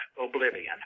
oblivion